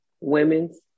women's